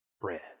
bread